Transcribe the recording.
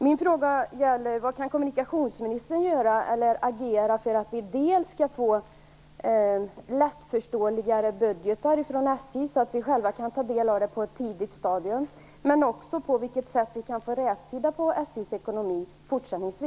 Min fråga gäller hur kommunikationsministern kan agera för att vi skall få budgetar från SJ som är lättare att förstå så att vi själva kan ta del av dem på ett tidigt stadium och även på vilket sätt vi kan få rätsida på SJ:s ekonomi i fortsättningen.